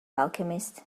alchemist